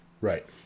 Right